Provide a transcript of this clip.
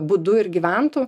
būdu ir gyventų